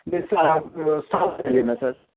ویسے آپ صاف بولیے نہ سر